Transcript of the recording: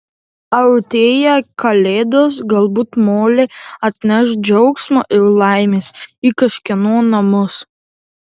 artėja kalėdos galbūt molė atneš džiaugsmo ir laimės į kažkieno namus